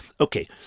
Okay